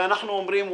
ואנחנו אומרים,